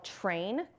train